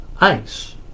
ice